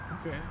Okay